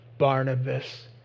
Barnabas